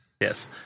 Yes